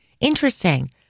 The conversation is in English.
Interesting